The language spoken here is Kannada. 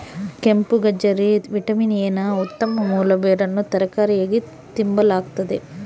ಕೆಂಪುಗಜ್ಜರಿ ವಿಟಮಿನ್ ಎ ನ ಉತ್ತಮ ಮೂಲ ಬೇರನ್ನು ತರಕಾರಿಯಾಗಿ ತಿಂಬಲಾಗ್ತತೆ